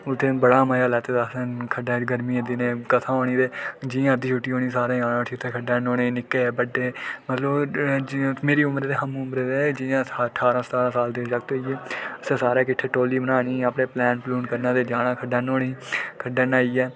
उत्थै बड़ा मजा लैत्ता दा असें खड्डा च गर्मियें दे दिनें कथा होनी ते जि'यां अद्धी छुट्टी होनी सारें जाना उठी उत्थै खड्डा न्हौनें निक्के बड्डे मतलब मेरी उम्र दे हम उमर जि'यां ठारा सतारां साल दे जगत होई गे असें सारें किट्ठे टोली बनानी अपनै प्लैन प्लून करना ते जाना खड्डा न्हौने ई खड्डा न्हाइयै